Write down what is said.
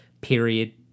period